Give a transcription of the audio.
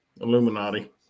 Illuminati